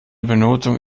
benotung